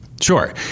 sure